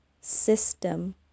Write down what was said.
system